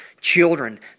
children